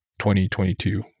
2022